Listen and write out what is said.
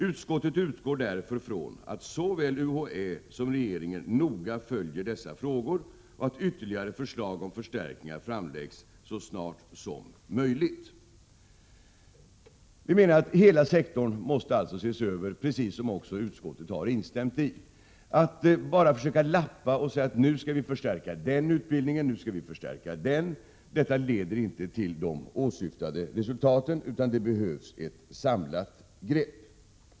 Utskottet utgår därför från att såväl UHÄ som regeringen noga följer dessa frågor och att ytterligare förslag om förstärkningar framläggs så snart som möjligt. Vi menar att hela sektorn måste ses över, precis som utskottet har sagt. Att bara försöka lappa och säga att nu skall vi förstärka den ena utbildningen efter den andra leder inte till de åsyftade resultaten. Det behövs nu ett samlat grepp.